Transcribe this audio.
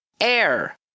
air